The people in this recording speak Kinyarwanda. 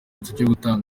ikimenyetso